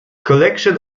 collection